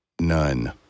None